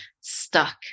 stuck